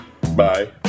Bye